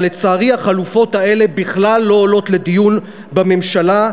אבל לצערי החלופות האלה בכלל לא עולות לדיון בממשלה,